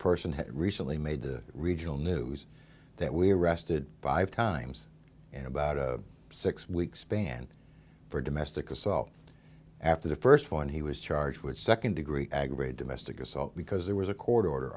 person who recently made the regional news that we arrested five times in about a six week span for domestic assault after the first one he was charged with second degree aggravated domestic assault because there was a court order